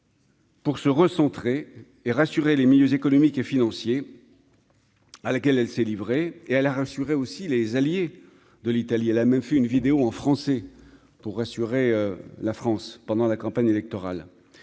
Pour se recentrer et rassurer les milieux économiques et financiers à laquelle elle s'est livrée et à la rassurer aussi les alliés de l'Italie, et a même fait une vidéo en français pour rassurer la France pendant la campagne électorale,